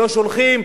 לא "שולחים".